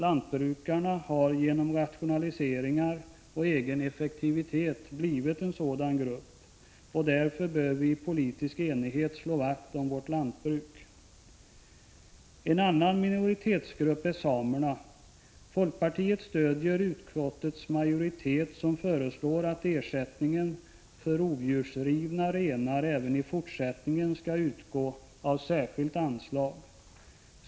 Lantbrukarna har genom rationaliseringar och egen effektivitet blivit en sådan grupp. Därför bör vi i politisk enighet slå vakt om vårt lantbruk. En annan minoritetsgrupp är samerna. Folkpartiet stöder utskottets majoritet, som föreslår att ersättningen för rovdjursrivna renar även i fortsättningen skall utgå ur särskilt anslag.